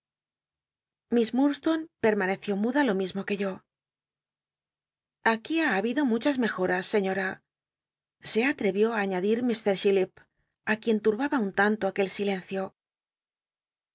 s hmlstone permaneció muda lo mi mo ue yo aquí ha habido muchas mejoras seiíom se atrevio ía mr chillip i quien tu l haba un ta nto aquel silencio